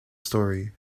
story